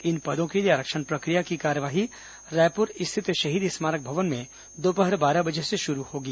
इन पदों के लिए आरक्षण प्रक्रिया की कार्यवाही रायपुर स्थित शहीद स्मारक भवन में दोपहर बारह बजे से शुरू होगी